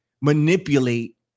manipulate